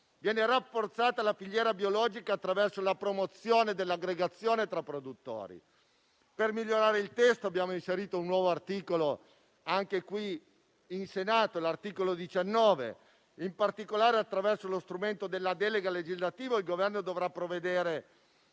Viene rafforzata la filiera biologica, attraverso la promozione dell'aggregazione tra produttori. Per migliorare il testo abbiamo inserito un nuovo articolo in Senato, l'articolo 19: in particolare, attraverso lo strumento della delega legislativa, il Governo dovrà provvedere,